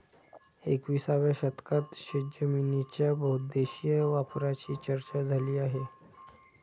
एकविसाव्या शतकात शेतजमिनीच्या बहुउद्देशीय वापराची चर्चा झाली आहे